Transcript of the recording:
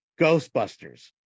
Ghostbusters